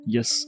Yes